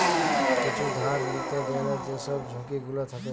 কিছু ধার লিতে গ্যালে যেসব ঝুঁকি গুলো থাকে